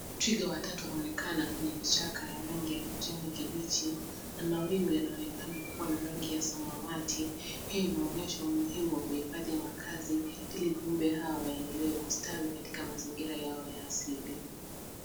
Twiga watatu wanaonekana kwenye vichaka ya rangi ya kijani kibichi. Na mawingu yanaonekana kuwa na rangi ya samawati. Hii inaonyesha umuhimu wa kuhifadhi makazi ili viumbe hawa waendelee kustawi katika mazingira yao ya asili.